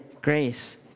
grace